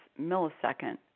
millisecond